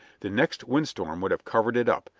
the next windstorm would have covered it up,